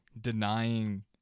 denying